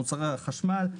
מוצרי החשמל,